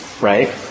right